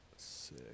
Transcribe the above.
Sick